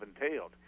entailed